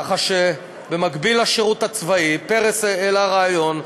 כך שבמקביל לשירות הצבאי, פרס העלה רעיון,